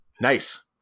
Nice